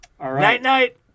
Night-night